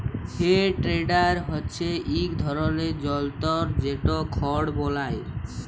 হে টেডার হচ্যে ইক ধরলের জলতর যেট খড় বলায়